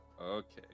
okay